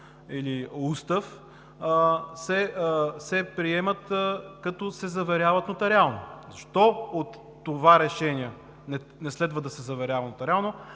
или устав, се приемат, като се заверяват нотариално. Защо от това решение не следва да се заверява нотариално